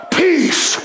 peace